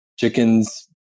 chickens